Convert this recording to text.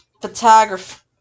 photography